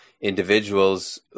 Individuals